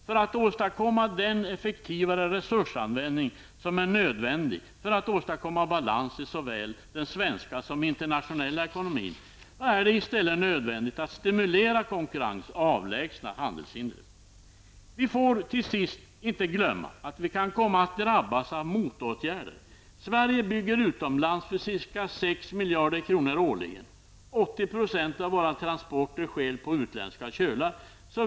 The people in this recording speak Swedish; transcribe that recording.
För att åstadkomma den effektivare resursanvändning som är nödvändig för att skapa balans i såväl den svenska som internationella ekonomin, är det i stället nödvändigt att stimulera konkurrensen och avlägsna handelshindren. Vi får till sist inte glömma att vi kan komma att drabbas av motåtgärder. Sverige bygger utomlands för ca 6 miljarder kronor årligen. 80 % av våra transporter sker på utländska kölar.